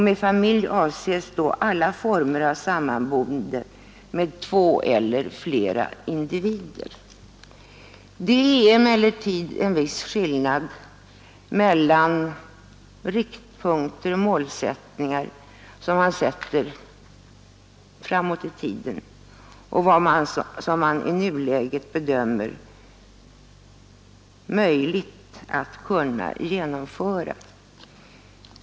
Med familj avses då alla former av sammanboende med två eller flera individer.” Det är emellertid en viss skillnad mellan riktpunkter och målsättningar för framtiden och vad man i nuläget bedömer som möjligt att genom föra.